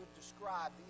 describe